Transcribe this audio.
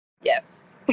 Yes